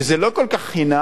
שזה לא כל כך חינם,